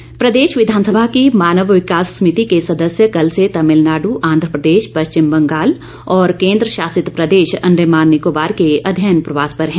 विकास समिति प्रदेश विधानसभा की मानव विकास समिति के सदस्य कल से तमिलनाडू आंध्रप्रदेश पश्चिम बंगाल और केंद्र शासित प्रदेश अंडमान निकोबार के अध्ययन प्रवास पर हैं